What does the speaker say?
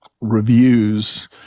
reviews